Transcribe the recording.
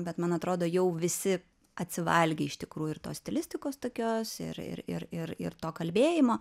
bet man atrodo jau visi atsivalgė iš tikrųjų ir tos stilistikos tokios ir ir ir ir ir to kalbėjimo